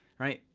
right,